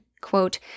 Quote